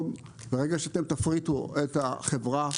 ברגע שאתם תפריטו את החברה,